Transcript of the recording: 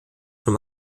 von